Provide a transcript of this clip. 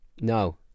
no